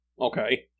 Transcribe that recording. Okay